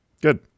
good